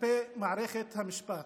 כלפי מערכת המשפט.